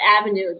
avenue